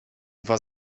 was